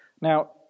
Now